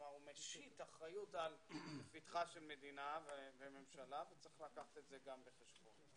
הוא משית אחריות על מדינה וממשלה וצריך לקחת גם את זה בחשבון.